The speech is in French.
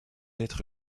être